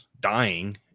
dying